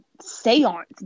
seance